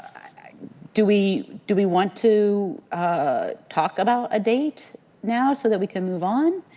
do we do we want to talk about a date now, so that we can move on?